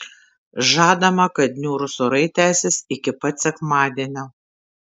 žadama kad niūrūs orai tęsis iki pat sekmadienio